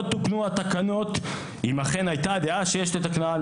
לא תוקנו התקנות (אם אכן הייתה דעה שיש לתקנן),